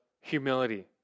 humility